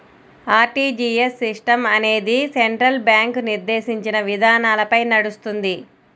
RTGS system అనేది central bank నిర్దేశించిన విధానాలపై నడుస్తుంది